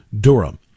Durham